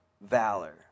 valor